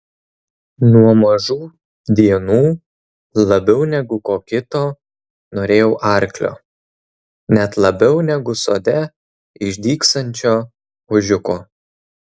nuo mažų dienų labiau negu ko kito norėjau arklio net labiau negu sode išdygsiančio ožiuko